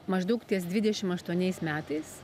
maždaug ties dvidešim aštuoniais metais